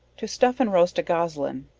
to stuff and roast a goslin.